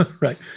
Right